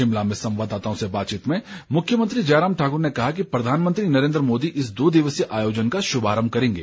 शिमला में संवाददाताओं से बातचीत में मुख्यमंत्री जयराम ठाकर ने कहा कि प्रधानमंत्री नरेन्द्र मोदी इस दो दिवसीय आयोजन का शुभारम्भ करेंगे